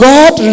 God